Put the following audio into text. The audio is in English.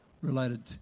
related